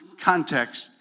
context